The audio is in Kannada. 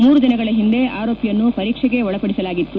ಮೂರು ದಿನಗಳ ಹಿಂದೆ ಆರೋಪಿಯನ್ನು ಪರೀಕ್ಷೆಗೆ ಒಳಪಡಿಸಲಾಗಿತ್ತು